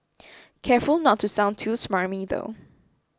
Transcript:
careful not to sound too smarmy though